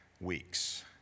weeks